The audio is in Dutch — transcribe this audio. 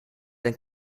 een